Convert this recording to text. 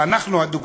ואנחנו הדוגמה.